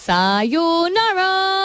Sayonara